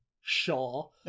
sure